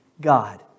God